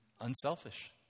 unselfish